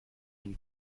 une